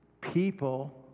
people